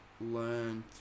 learn